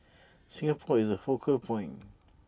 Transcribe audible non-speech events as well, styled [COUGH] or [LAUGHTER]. Singapore is the focal point [NOISE]